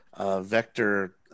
Vector